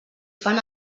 fan